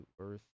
earth